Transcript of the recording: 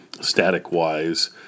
static-wise